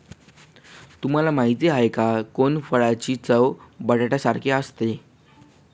तुम्हाला माहिती आहे का? कोनफळाची चव बटाट्यासारखी असते